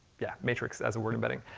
yeah, matrix, as a word embedding.